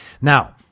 now